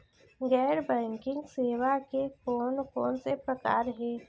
गैर बैंकिंग सेवा के कोन कोन से प्रकार हे?